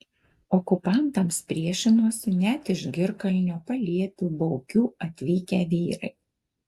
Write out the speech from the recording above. okupantams priešinosi net iš girkalnio paliepių baukių atvykę vyrai